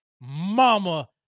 mama